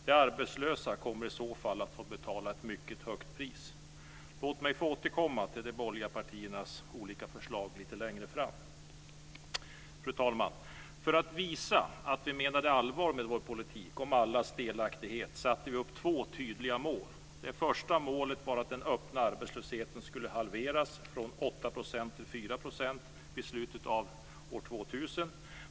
De arbetslösa kommer i så fall att få betala ett mycket högt pris - jag återkommer till de borgerliga partiernas olika förslag lite längre fram. Fru talman! För att visa att vi menade allvar med vår politik om allas delaktighet satte vi upp två tydliga mål. Det första målet var att den öppna arbetslösheten skulle halveras från 8 % till 4 % vid slutet av 2000.